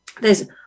theres